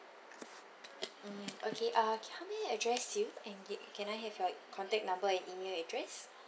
mm okay uh how may I address you and get can I have your contact number and email address